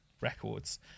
records